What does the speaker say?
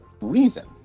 reason